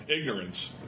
ignorance